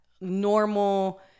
normal